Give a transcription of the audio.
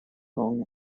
long